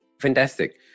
fantastic